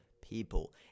people